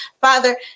father